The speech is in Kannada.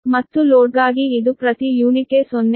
ಮತ್ತು ಲೋಡ್ಗಾಗಿ ಇದು ಪ್ರತಿ ಯೂನಿಟ್ಗೆ 0